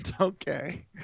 Okay